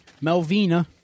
Melvina